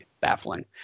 baffling